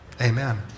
amen